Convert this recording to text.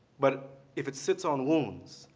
but if it sits on wounds,